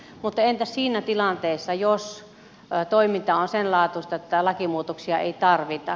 mutta entäs siinä tilanteessa jos toiminta on sen laatuista että lakimuutoksia ei tarvita